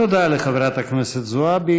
תודה לחברת הכנסת זועבי.